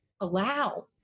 allow